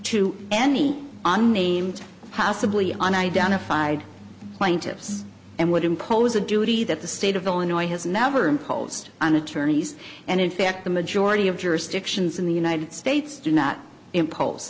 to any unnamed possibly on identified plaintiffs and would impose a duty that the state of illinois has never imposed on attorneys and in fact the majority of jurisdictions in the united states do not impose